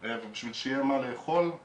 ביחידה לקידום נוער הצמידו לי מלווה בשם רונית,